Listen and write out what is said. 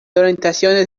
orientaciones